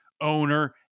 owner